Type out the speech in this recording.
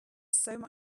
there